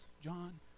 John